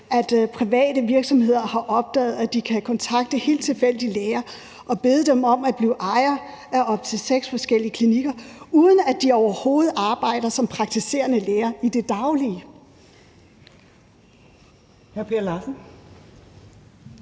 at private virksomheder har opdaget, at de kan kontakte helt tilfældige læger og bede dem om at blive ejere af op til seks forskellige klinikker, uden at de overhovedet arbejder som praktiserende læge i det daglige. Kl. 11:54